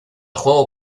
juego